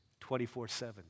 24-7